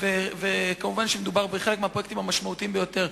וכמובן שמדובר בחלק מהפרויקטים המשמעותיים ביותר,